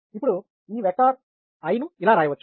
ఇప్పుడు ఈ vector I ను ఇలా రాయవచ్చు